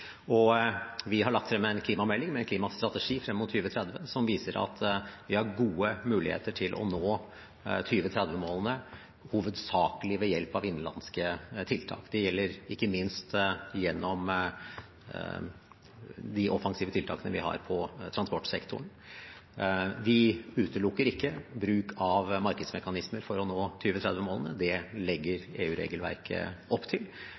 Vi har lagt frem en klimamelding med en klimastrategi frem mot 2030 som viser at vi har gode muligheter til å nå 2030-målene, hovedsakelig ved hjelp av innenlandske tiltak. Det gjelder ikke minst gjennom de offensive tiltakene vi har innen transportsektoren. Vi utelukker ikke bruk av markedsmekanismer for å nå 2030-målene, det legger EU-regelverket opp til,